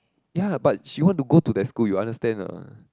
ya but she want to go to that school you understand or not